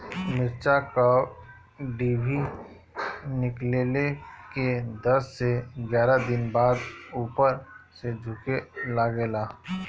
मिरचा क डिभी निकलले के दस से एग्यारह दिन बाद उपर से झुके लागेला?